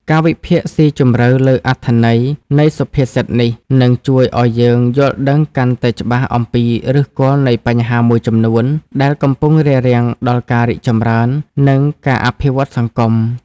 ការវិភាគស៊ីជម្រៅលើអត្ថន័យនៃសុភាសិតនេះ នឹងជួយឲ្យយើងយល់ដឹងកាន់តែច្បាស់អំពីឫសគល់នៃបញ្ហាមួយចំនួន ដែលកំពុងរារាំងដល់ការរីកចម្រើន និងការអភិវឌ្ឍសង្គម។